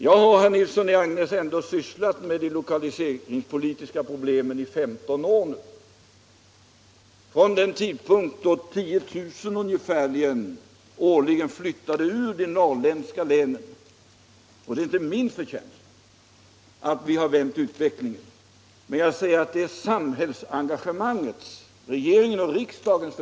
Jag har, herr Nilsson i Agnäs, ändå sysslat med de lokaliseringspolitiska problemen i 15 år nu, dvs. från den tid då ungefär 10 000 människor årligen flyttade från de norrländska länen. Det är inte min förtjänst att vi har vänt utvecklingen, utan det är samhällsengagemangets och regeringens och riksdagens.